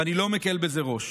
ואני לא מקל בזה ראש.